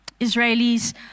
Israelis